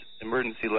emergency